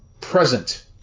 present